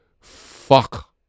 fuck